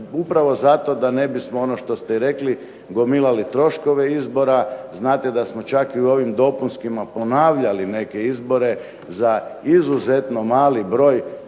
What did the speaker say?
upravo zato da ne bismo ono što ste rekli, gomilali troškove izbora. Znate da smo čak i u ovim dopunskima ponavljali neke izbore za izuzetno mali broj